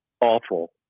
awful